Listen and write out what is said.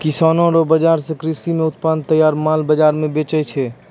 किसानो रो बाजार से कृषि से उत्पादित तैयार माल बाजार मे बेचै छै